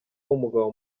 w’umugabo